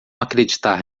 acreditar